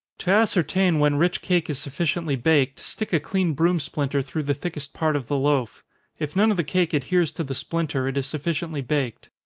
to ascertain when rich cake is sufficiently baked, stick a clean broom splinter through the thickest part of the loaf if none of the cake adheres to the splinter, it is sufficiently baked.